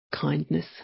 kindness